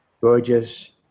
gorgeous